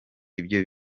ibyo